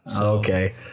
Okay